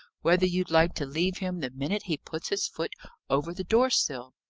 whether you'd like to leave him the minute he puts his foot over the door-sill.